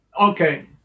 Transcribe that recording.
Okay